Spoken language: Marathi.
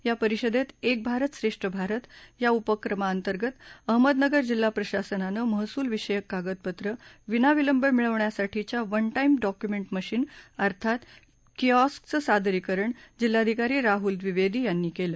या परिषदेत एक भारत श्रेष्ठ भारत उपक्रमांतर्गत अहमदनगर जिल्हा प्रशासनानं महसूल विषयक कागदपत्र विनाविलंब मिळवण्यासाठीच्या वन टाईम डॉक्यूमेंट मशीन अर्थात किओस्कचं सादरीकरण जिल्हाधिकारी राहूल द्विवेदी यांनी केलं